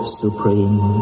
supreme